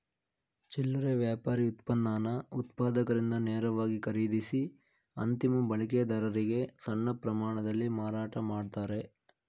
ಚಿಲ್ಲರೆ ವ್ಯಾಪಾರಿ ಉತ್ಪನ್ನನ ಉತ್ಪಾದಕರಿಂದ ನೇರವಾಗಿ ಖರೀದಿಸಿ ಅಂತಿಮ ಬಳಕೆದಾರರಿಗೆ ಸಣ್ಣ ಪ್ರಮಾಣದಲ್ಲಿ ಮಾರಾಟ ಮಾಡ್ತಾರೆ